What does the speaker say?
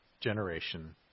generation